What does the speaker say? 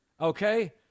Okay